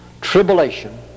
tribulation